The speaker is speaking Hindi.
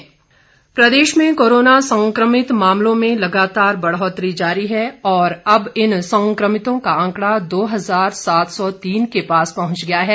हिमाचल कोरोना प्रदेश में कोरोना संक्रमित मामलों में लगातार बढ़ोतरी जारी है और अब इन संक्रमितों का आंकड़ा दो हजार सात सौ तीन के पास पहुंच गया है